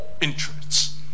interests